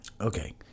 Okay